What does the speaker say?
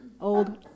Old